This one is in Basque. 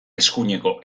eskuineko